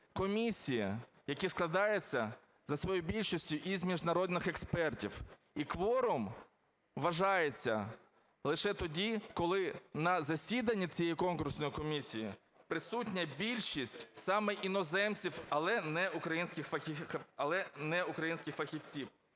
комісії, які складаються за своєю більшістю із міжнародних експертів. І кворум вважається лише тоді, коли на засіданні цієї конкурсної комісії присутня більшість саме іноземців, але не українських фахівців.